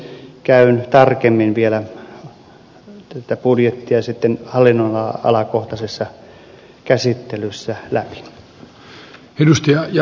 käyn vielä tarkemmin tätä budjettia sitten hallinnonalakohtaisessa käsittelyssä läpi